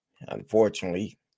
Unfortunately